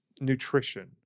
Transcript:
nutrition